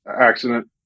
accident